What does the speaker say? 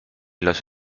los